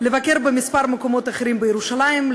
ולבקר בכמה מקומות אחרים בירושלים,